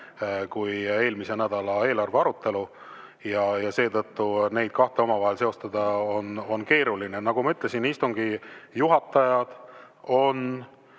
kui eelmise nädala eelarvearutelu ja seetõttu neid kahte omavahel seostada on keeruline. Nagu ma ütlesin, istungi juhatajad on